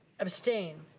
abstained?